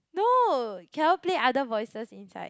no cannot play other voices inside